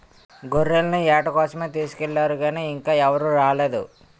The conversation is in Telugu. గొర్రెల్ని ఏట కోసమే తీసుకెల్లారు గానీ ఇంకా ఎవరూ రాలేదు